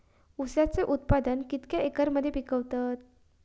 ऊसाचा उत्पादन कितक्या एकर मध्ये पिकवतत?